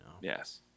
Yes